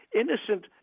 innocent